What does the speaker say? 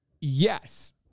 Yes